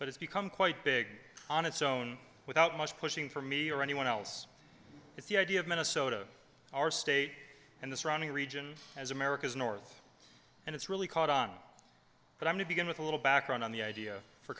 but it's become quite big on its own without much pushing for me or anyone else it's the idea of minnesota our state and the surrounding region as america's north and it's really caught on but i'm to begin with a little background on the idea for